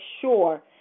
sure